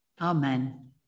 Amen